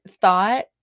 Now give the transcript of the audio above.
thought